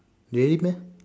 really meh